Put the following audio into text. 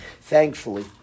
thankfully